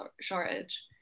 shortage